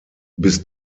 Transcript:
bis